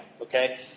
Okay